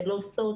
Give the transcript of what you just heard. זה לא סוד,